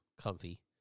Comfy